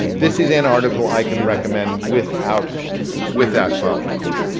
this is an article i can recommend without without qualification.